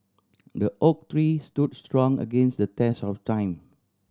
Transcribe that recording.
the oak tree stood strong against the test of time